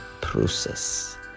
process